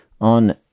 on